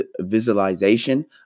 visualization